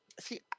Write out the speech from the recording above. see